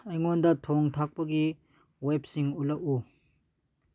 ꯑꯩꯉꯣꯟꯗ ꯊꯣꯡ ꯊꯥꯛꯄꯒꯤ ꯋꯦꯕꯁꯤꯡ ꯎꯠꯂꯛꯎ